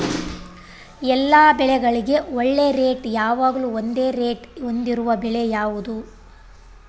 ಎಲ್ಲ ಬೆಳೆಗಳಿಗೆ ಒಳ್ಳೆ ರೇಟ್ ಯಾವಾಗ್ಲೂ ಒಂದೇ ರೇಟ್ ಹೊಂದಿರುವ ಬೆಳೆ ಯಾವುದು?